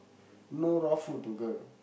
no raw food to girl